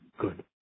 good